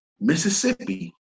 Mississippi